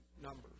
numbers